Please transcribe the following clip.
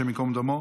השם ייקום דמו,